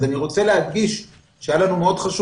אני רוצה להדגיש, שהעניין הזה היה לנו מאוד חשוב,